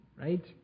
right